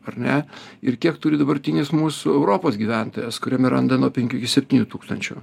ar ne ir kiek turi dabartinis mūsų europos gyventojas kuriame randa nuo penkių iki septynių tūkstančių